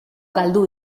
galdu